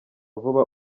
vuba